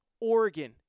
Oregon